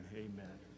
amen